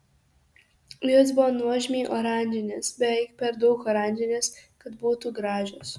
jos buvo nuožmiai oranžinės beveik per daug oranžinės kad būtų gražios